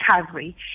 recovery